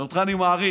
שאותך אני מעריך.